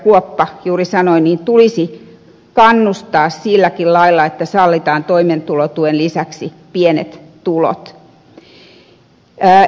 kuoppa juuri sanoi tulisi kannustaa silläkin lailla että sallitaan toimeentulotuen lisäksi pienet tulot